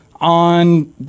on